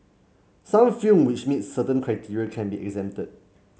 some films which meet certain criteria can be exempted